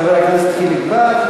חבר הכנסת חיליק בר.